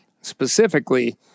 Specifically